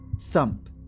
Thump